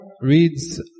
reads